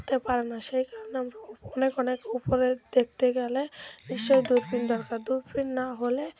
উড়তে পারে না সেই কারণে আমরা অনেক অনেক উপরে দেখতে গেলে নিশ্চয়ই দূরবিন দরকার দূরবিন না হলে